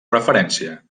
preferència